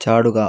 ചാടുക